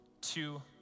two